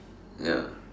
ya